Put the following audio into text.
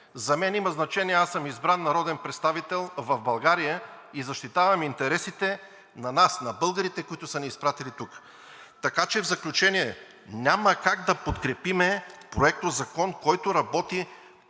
За мен има значение, избран съм народен представител в България и защитавам интересите на нас, на българите, които са ни изпратили тук. Така че в заключение няма как да подкрепим проектозакон, който работи